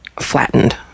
flattened